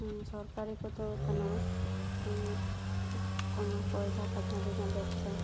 ᱥᱚᱨᱠᱟᱨᱤ ᱠᱚᱫᱚ ᱠᱟᱱᱟ ᱠᱳᱱᱳ ᱠᱚᱭᱞᱟ ᱠᱷᱟᱫᱟᱱ ᱨᱮᱱᱟᱜ ᱵᱮᱵᱥᱟ